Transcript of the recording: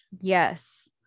Yes